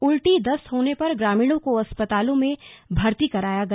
उल्टी दस्त होने पर ग्रामीणों को अस्पतालों में भर्ती कराया गया